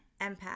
empath